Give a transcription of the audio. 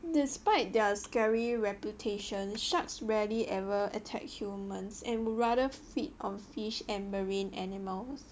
despite their scary reputation sharks rarely ever attack humans and would rather feed on fish and marine animals